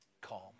calm